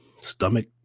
stomach